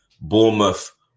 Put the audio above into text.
Bournemouth